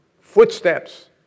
footsteps